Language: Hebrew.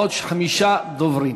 עוד חמישה דוברים.